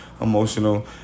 emotional